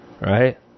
Right